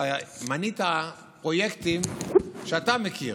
אתה מנית פרויקטים שאתה מכיר.